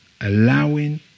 Allowing